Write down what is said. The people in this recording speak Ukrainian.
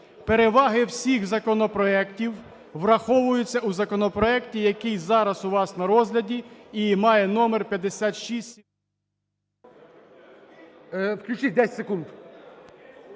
переваги всіх законопроектів враховуються у законопроекті, який зараз у вас на розгляді і має номер 56…